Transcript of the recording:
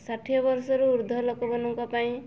ଷାଠିଏ ବର୍ଷରୁ ଉର୍ଦ୍ଧ୍ୱ ଲୋକମାନଙ୍କ ପାଇଁ